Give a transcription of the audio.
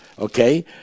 Okay